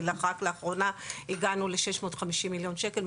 ורק לאחרונה הגענו ל-650 מיליון שקל.